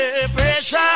pressure